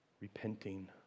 repenting